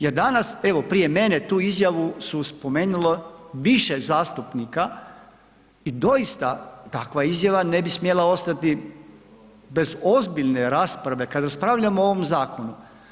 Jer danas, evo prijem mene tu izjavu su spomenulo više zastupnika i doista takva izjava ne bi smjela ostati bez ozbiljne rasprave kad raspravljamo o ovom zakonu.